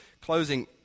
Closing